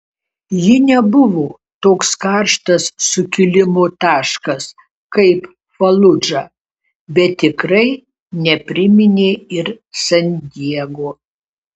ji nebuvo toks karštas sukilimo taškas kaip faludža bet tikrai nepriminė ir san diego